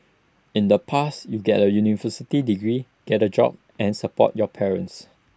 in the past you get A university degree get A job and support your parents